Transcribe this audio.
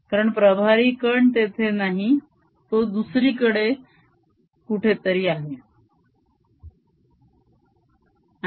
कारण प्रभारी कण तेथे नाही तो कुठेतरी दुसरीकडे आहे